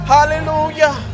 Hallelujah